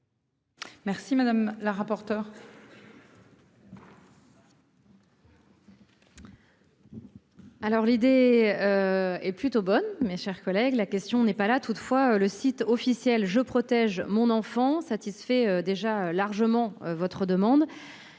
Merci madame la rapporteure.